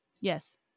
Yes